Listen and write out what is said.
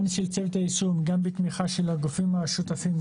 של צוות היישום וגם בתמיכה של הגופים השותפים,